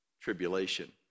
tribulation